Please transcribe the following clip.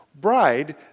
bride